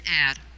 ad